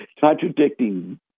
contradicting